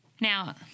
Now